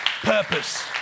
purpose